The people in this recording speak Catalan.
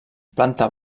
planta